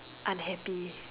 unhappy